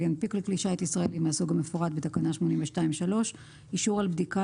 ינפיק לכלי שיט ישראלי מהסוג המפורט בתקנה 82(3) אישור על בדיקה